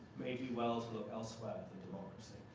may do well to look elsewhere than democracy.